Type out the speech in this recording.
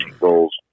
goals